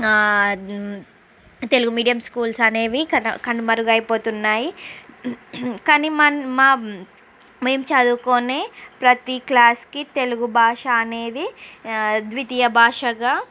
Telugu medium schools అనేవి కనుమరుగు అవుతున్నాయి కానీ మా మేము చదువుకునే ప్రతి క్లాస్కి తెలుగు భాష అనేది ద్వితీయ భాషగా